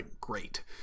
great